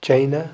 China